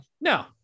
no